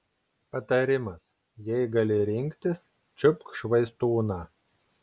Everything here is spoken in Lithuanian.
patarimas jei gali rinktis čiupk švaistūną